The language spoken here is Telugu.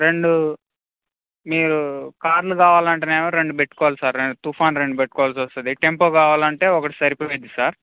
రెండు మీరు కార్లు కావాలంటేనేమొ రెండు పెట్టుకోవాలి సార్ రెం తుఫాన్ రెండు పెట్టుకోవాల్సి వస్తుంది టెంపో కావాలంటే ఒకటి సరిపోతుంది సార్